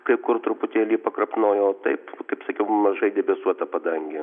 kai kur truputėlį pakrapnojo taip kaip sakiau mažai debesuota padangė